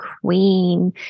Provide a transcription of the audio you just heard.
queen